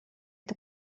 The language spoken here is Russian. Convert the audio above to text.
это